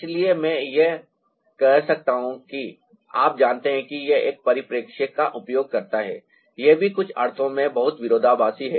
इसलिए मैं कह सकता हूं कि आप जानते हैं कि यह एक परिप्रेक्ष्य का उपयोग करता है यह भी कुछ अर्थों में बहुत विरोधाभासी है